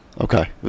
Okay